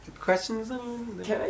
Questions